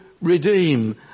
redeem